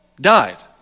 Died